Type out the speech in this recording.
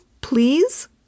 please